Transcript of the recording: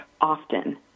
often